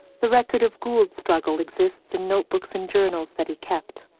the record of gould's struggle exists in notebooks and journals that he kept,